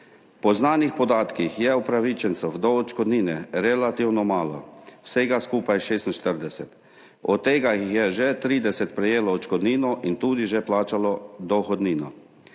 Po znanih podatkih je upravičencev do odškodnine relativno malo, vsega skupaj 46, od tega jih je 30 že prejelo odškodnino in tudi že plačalo dohodnino.